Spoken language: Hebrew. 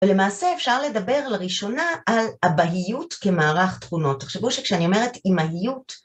ולמעשה אפשר לדבר לראשונה על הבהיות כמערך תכונות, תחשבו שכשאני אומרת עם ההיות